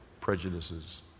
prejudices